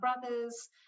brothers